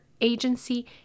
agency